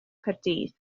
caerdydd